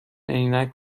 عینک